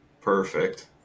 Perfect